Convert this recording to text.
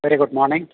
very good morning